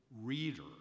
reader